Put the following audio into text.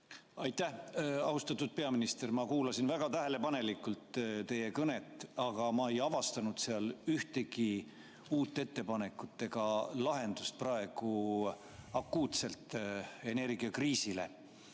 Aitäh! Austatud peaminister! Ma kuulasin väga tähelepanelikult teie kõnet, aga ei avastanud sealt ühtegi uut ettepanekut ega lahendust praegu akuutsele energiakriisile.